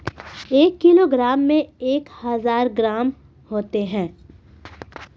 एक किलोग्राम में एक हज़ार ग्राम होते हैं